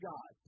God